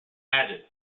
added